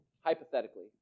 Hypothetically